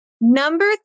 Number